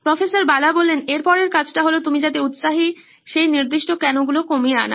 প্রফ্ বালা এরপরের কাজটা হলো তুমি যাতে উৎসাহী সেই নির্দিষ্ট কেনগুলি কমিয়ে আনা